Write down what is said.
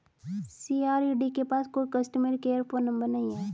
CRED के पास कोई कस्टमर केयर फोन नंबर नहीं है